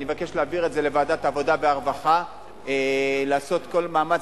אני מבקש להעביר את זה לוועדת העבודה והרווחה ולעשות כל מאמץ,